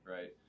Right